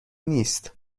نیست